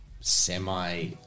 semi